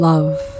Love